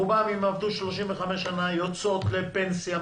ברובן אם עבדו 30 שנים יוצאות לפנסיה,